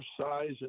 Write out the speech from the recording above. size